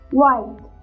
white